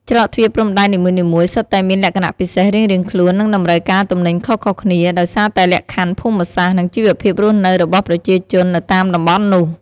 ច្រកទ្វារព្រំដែននីមួយៗសុទ្ធតែមាន លក្ខណៈពិសេសរៀងៗខ្លួន និងតម្រូវការទំនិញខុសៗគ្នា ដោយសារតែលក្ខខណ្ឌភូមិសាស្ត្រ និងជីវភាពរស់នៅរបស់ប្រជាជននៅតាមតំបន់នោះ។